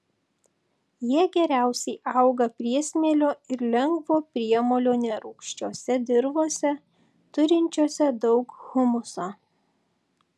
jie geriausiai auga priesmėlio ir lengvo priemolio nerūgščiose dirvose turinčiose daug humuso